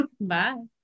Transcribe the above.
Bye